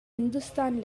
hindustan